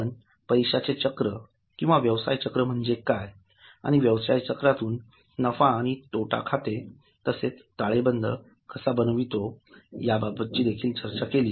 आपण पैशाचे चक्र किंवा व्यवसाय चक्र म्हणजे काय आणि व्यवसाय चक्रातून नफाआणि तोटा खाते तसेच ताळेबंद कसा बनवितो याबद्दल चर्चा केली